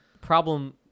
problem